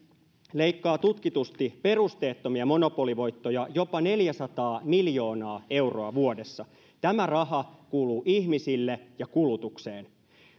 leikkaa tutkitusti perusteettomia monopolivoittoja jopa neljäsataa miljoonaa euroa vuodessa tämä raha kuuluu ihmisille ja kulutukseen